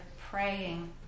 praying